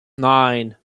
nine